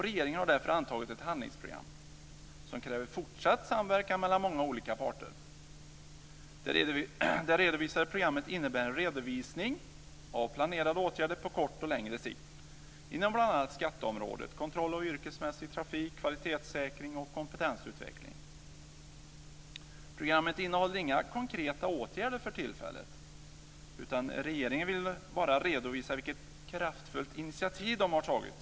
Regeringen har därför antagit ett handlingsprogram som kräver fortsatt samverkan mellan många olika parter. Programmet innebär en redovisning av planerade åtgärder på kort och längre sikt inom bl.a. skatteområdet, kontroll av yrkesmässig trafik, kvalitetssäkring och kompetensutveckling. Programmet innehåller inga konkreta åtgärder för tillfället, utan regeringen vill bara redovisa vilket "kraftfullt" initiativ de har tagit.